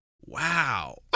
wow